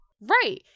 Right